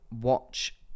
watch